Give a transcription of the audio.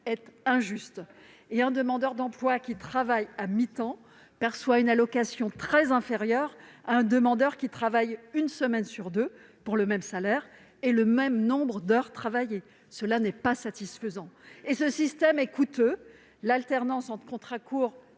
est injuste. Un demandeur d'emploi travaillant à mi-temps perçoit une allocation très inférieure à celle que toucherait un demandeur ayant travaillé une semaine sur deux pour le même salaire et le même nombre d'heures travaillées. Cela n'est pas satisfaisant. Par ailleurs, le système est coûteux. L'alternance entre contrats courts et